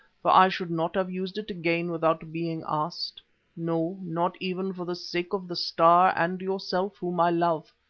for i should not have used it again without being asked no, not even for the sake of the star and yourself, whom i love,